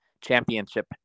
championship